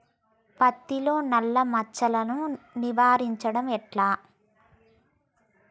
పత్తిలో నల్లా మచ్చలను నివారించడం ఎట్లా?